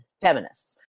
feminists